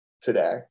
today